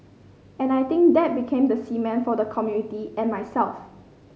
and I think that became the cement for the community and myself